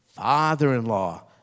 Father-in-law